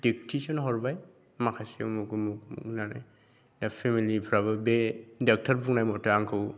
dictation हरबाय माखासे अमुख अमुख होननानै दा फेमिलिफ्राबो बे ड'क्टर बुंनाय मथे आंखौ